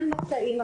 על ממצאים אחרים,